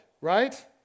right